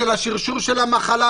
השרשור של המחלה,